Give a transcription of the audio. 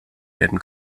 werden